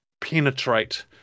penetrate